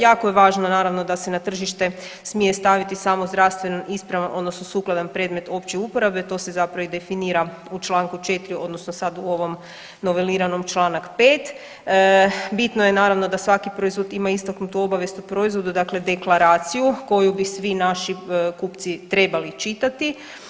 Jako je važno naravno, da se na tržište smije staviti samo zdravstveno ispravan odnosno sukladan predmet opće uporabe, to se zapravo i definira u čl. 4 odnosno sad u ovom noveliranom čl. 5. Bitno je naravno da svaki proizvod ima istaknutu obavijest o proizvodu, dakle deklaraciju koju bi svi naši kupci trebali čitati.